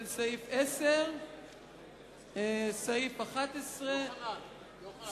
של סעיף 10 ושל סעיף 11. כלומר,